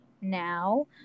now